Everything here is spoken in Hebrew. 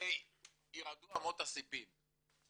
כי ירעדו אמות הסיפים.